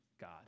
God